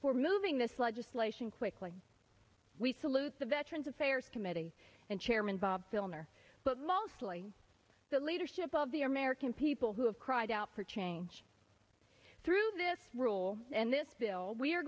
for moving this legislation quickly we salute the veterans affairs committee and chairman bob filner but mostly the leadership of the american people who have cried out for change through this rule and this bill we